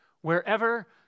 Wherever